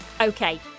Okay